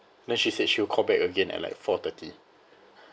then she said she will call back again at like four thirty